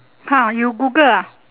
!huh! you Google ah